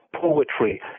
poetry